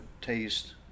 taste